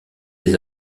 des